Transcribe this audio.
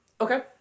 Okay